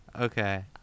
okay